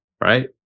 right